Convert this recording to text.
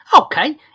Okay